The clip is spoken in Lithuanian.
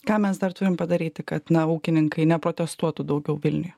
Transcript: ką mes dar turim padaryti kad na ūkininkai neprotestuotų daugiau vilniuje